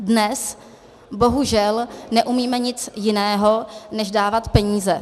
Dnes bohužel neumíme nic jiného než dávat peníze.